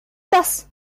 das